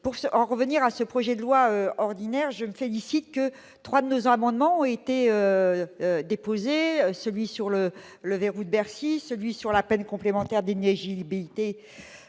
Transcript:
Pour en revenir à ce projet de loi, je me félicite que trois de nos amendements ont été adoptés : celui sur le « verrou de Bercy », celui sur la peine complémentaire d'inéligibilité